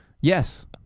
Yes